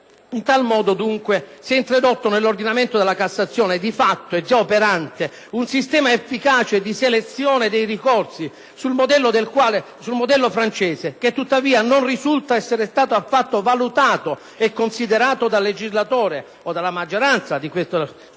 In tal modo, dunque, si eintrodotto nell’ordinamento della Cassazione – e di fatto e giaoperante – un sistema efficace di selezione dei ricorsi, sul modello di quello francese, che, tuttavia, non risulta essere stato affatto valutato e considerato dal legislatore, o dalla maggioranza di questo istituto